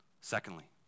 Secondly